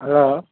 hello